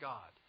God